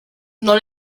non